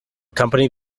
company